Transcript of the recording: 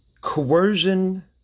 Coercion